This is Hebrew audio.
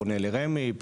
פונה לרמ"י,